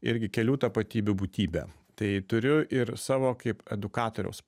irgi kelių tapatybių būtybė tai turiu ir savo kaip edukatoriaus